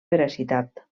veracitat